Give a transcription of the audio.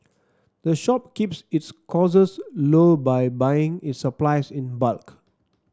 the shop keeps its costs low by buying its supplies in bulk